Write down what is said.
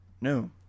No